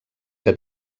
que